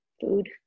food